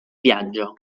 viaggio